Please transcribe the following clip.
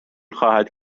خواهد